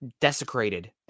desecrated